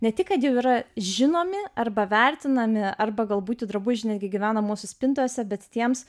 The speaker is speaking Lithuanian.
ne tik kad jau yra žinomi arba vertinami arba galbūt jų drabužiai netgi gyvena mūsų spintose bet tiems